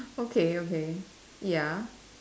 okay okay ya